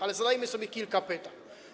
Ale zadajmy sobie kilka pytań.